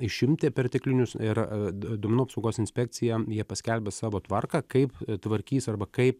išimti perteklinius ir a d duomenų apsaugos inspekcija jie paskelbė savo tvarką kaip tvarkys arba kaip